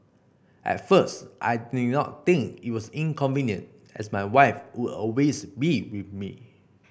at first I did not think it was inconvenient as my wife would always be with me